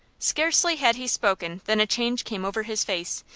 scarcely had he spoken than a change came over his face,